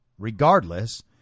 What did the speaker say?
regardless